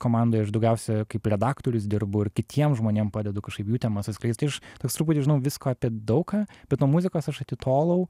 komandoj aš daugiausia kaip redaktorius dirbu ir kitiem žmonėm padedu kažkaip jų temas atskleist tai aš toks truputį žinau visko apie daug ką bet nuo muzikos aš atitolau